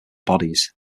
bodies